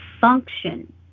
function